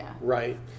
Right